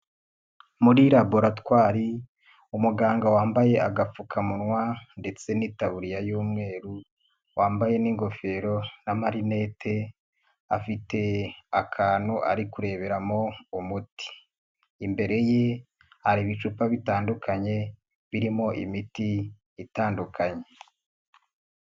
Muri laboratwari, umuganga wambaye agapfukamunwa, ndetse n'itaburiya y'umweru, wambaye n'ingofero n'amarinete, afite akantu ari kureberamo umuti. Imbere ye, hari ibicupa bitandukanye, birimo imiti itandukanye.